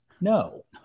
No